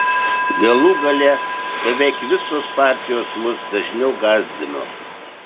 galų gale beveik visos partijos mus dažniau gąsdino